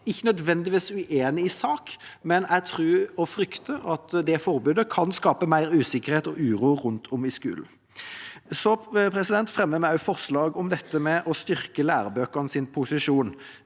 ikke nødvendigvis uenig i sak, men jeg tror – og frykter – at det forbudet kan skape mer usikkerhet og uro rundt om i skolen. Så fremmer vi også forslag om å styrke lærebøkenes posisjon.